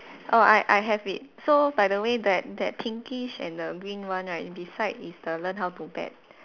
oh I I have it so by the way that that pinkish and the green one right beside is the learn how to bet